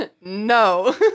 no